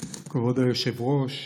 כבוד היושב-ראש,